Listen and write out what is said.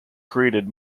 created